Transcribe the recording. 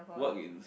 work in